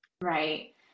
Right